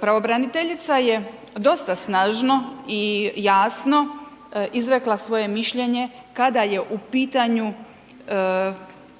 Pravobraniteljica je dosta snažno i jasno izrekla svoje mišljenje kada je u pitanju